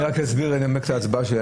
אני רק אנמק את ההצבעה שלי.